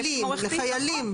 לחיילים, לחיילים.